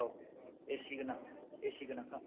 औ एसि गोनां एसि गोनांखा